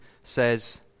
says